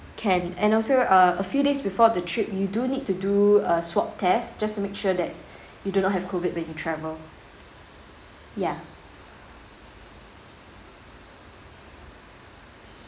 can and also uh a few days before the trip you do need to do a swab test just to make sure that you do not have COVID when you travel ya